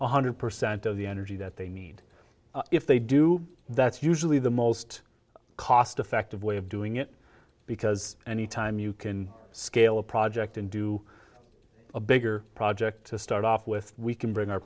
one hundred percent of the energy that they need if they do that's usually the most cost effective way of doing it because any time you can scale a project and do a bigger project to start off with we can bring our